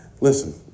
Listen